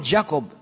Jacob